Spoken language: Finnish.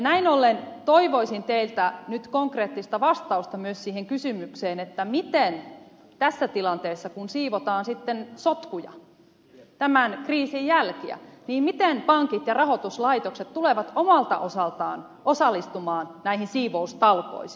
näin ollen toivoisin teiltä nyt konkreettista vastausta myös siihen kysymykseen miten tässä tilanteessa kun siivotaan sitten sotkuja tämän kriisin jälkiä pankit ja rahoituslaitokset tulevat omalta osaltaan osallistumaan näihin siivoustalkoisiin